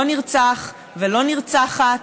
לא נרצח ולא נרצחת.